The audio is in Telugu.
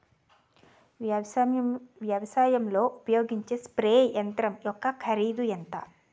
వ్యవసాయం లో ఉపయోగించే స్ప్రే యంత్రం యెక్క కరిదు ఎంత?